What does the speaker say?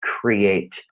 create